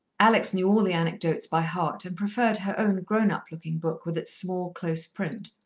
alex knew all the anecdotes by heart, and preferred her own grown-up-looking book with its small, close print.